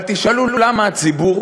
אבל תשאלו למה הציבור